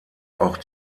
auch